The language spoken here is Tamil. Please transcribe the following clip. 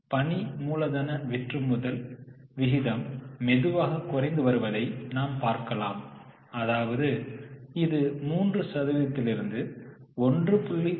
பணி மூலதன விற்றுமுதல் விகிதம் மெதுவாக குறைந்து வருவதை நாம் பார்க்கலாம் அதாவது இது 3 சதவீதத்திலிருந்து 1